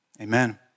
amen